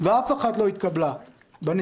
ואף אחת לא התקבלה בנשיאות.